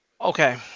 Okay